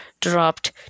dropped